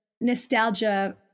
nostalgia